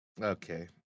okay